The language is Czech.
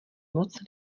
moc